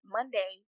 Monday